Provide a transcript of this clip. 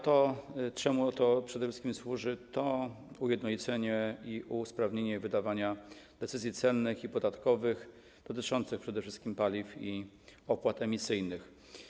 To, czemu to przede wszystkim służy, to ujednolicenie i usprawnienie wydawania decyzji celnych i podatkowych dotyczących przede wszystkim paliw i opłat emisyjnych.